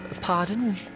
Pardon